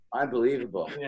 Unbelievable